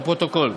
לפרוטוקול.